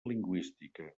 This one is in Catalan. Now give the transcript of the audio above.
lingüística